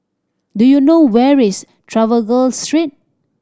do you know where is Trafalgar Street